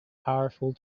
powerful